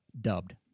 dubbed